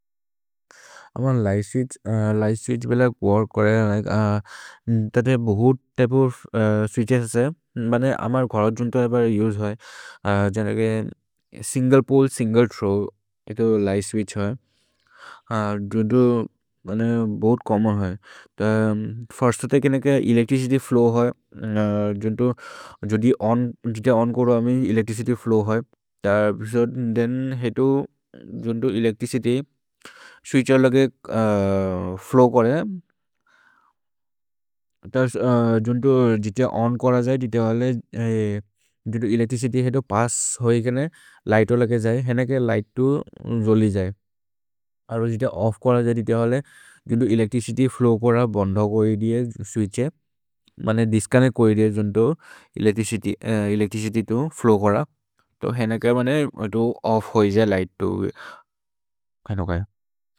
अमन् लिघ्त् स्वित्छ्, लिघ्त् स्वित्छ् बेल वोर्क् करे, तते बहुत् त्य्पे ओफ् स्वित्छेस् है, बने अमर् घरत् जुन्तो अबर् उसे होइ, जनगे सिन्ग्ले पोले, सिन्ग्ले थ्रोव्, ये तो लिघ्त् स्वित्छ् होइ, जुन्तो बोहुत् चोम्मोन् होइ। त फिर्स्तो ते केनगे एलेच्त्रिचित्य् फ्लोव् होइ, जुन्तो जुते ओन् करो अमे एलेच्त्रिचित्य् फ्लोव् होइ, थेन् हेतु जुन्तो एलेच्त्रिचित्य् स्वित्छेर् लगे फ्लोव् करे, जुन्तो जुते ओन् कर जै। जुते हले जुतो एलेच्त्रिचित्य् हेतु पस्स् होइ केने लिघ्त् हो लगे जै, हेनगे लिघ्त् तु जोलि जै। अर्ब जुते ओफ्फ् कर जते हले, जुन्तो एलेच्त्रिचित्य् फ्लोव् कर बन्ध को अरेअ स्वित्छेर्। भने दिस्काने को अरेअ जुन्तो एलेच्त्रिचित्य् तु फ्लोव् कर, तो हेनगे बने एतु ओफ्फ् होइ जै लिघ्त् तु।